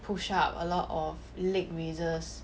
push up a lot of leg raises